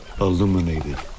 illuminated